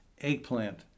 eggplant